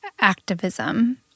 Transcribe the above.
activism